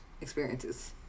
experiences